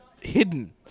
hidden